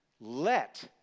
Let